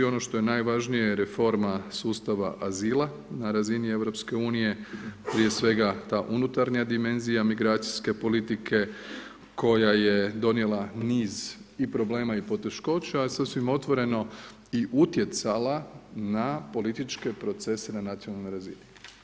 Ono što je najvažnije reforma sustava azila na razini EU, prije svega ta unutarnja dimenzija migracijske politike koja je donijela niz i problema i poteškoća, a sasvim otvoreno i utjecala na političke procese na nacionalnoj razini.